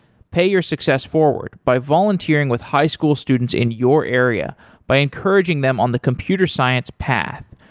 pay your success forward by volunteering with high school students in your area by encouraging them on the computer science path.